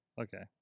Okay